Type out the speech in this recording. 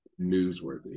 newsworthy